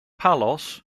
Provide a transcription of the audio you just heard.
palos